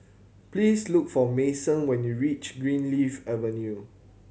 please look for Mason when you reach Greenleaf Avenue